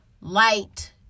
light